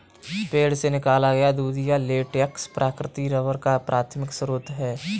पेड़ से निकाला गया दूधिया लेटेक्स प्राकृतिक रबर का प्राथमिक स्रोत है